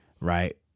right